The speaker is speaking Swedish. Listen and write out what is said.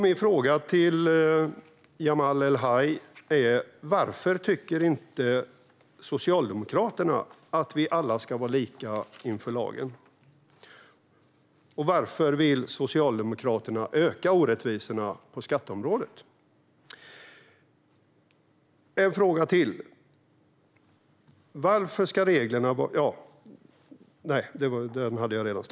Min fråga till Jamal El-Haj är: Varför tycker inte Socialdemokraterna att vi alla ska vara lika inför lagen? Och varför vill Socialdemokraterna öka orättvisorna på skatteområdet?